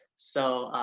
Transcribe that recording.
so